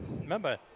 remember